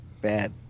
bad